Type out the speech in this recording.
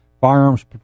firearms